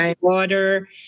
water